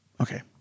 Okay